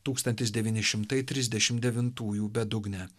tūkstantis devyni šimtai trisdešim devintųjų bedugnę